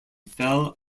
fell